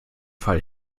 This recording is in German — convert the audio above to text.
fall